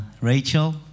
Rachel